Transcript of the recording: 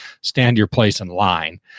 stand-your-place-in-line